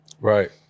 Right